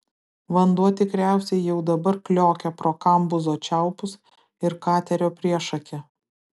vanduo tikriausiai jau dabar kliokia pro kambuzo čiaupus ir katerio priešakį